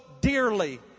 dearly